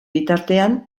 bitartean